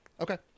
Okay